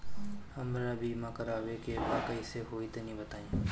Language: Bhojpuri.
हमरा बीमा करावे के बा कइसे होई तनि बताईं?